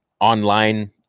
Online